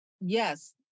yes